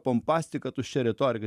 pompastika tuščia retorika